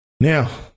Now